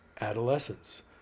adolescence